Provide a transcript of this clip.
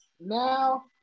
now